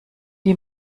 die